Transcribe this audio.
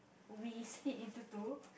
we split into two